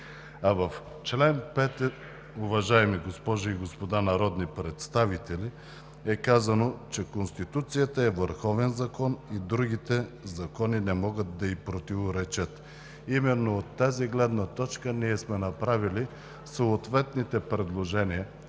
В чл. 5, уважаеми госпожи и господа народни представители, е казано, че Конституцията е върховен закон и другите закони не могат да ѝ противоречат. Именно от тази гледна точка ние сме направили съответните предложения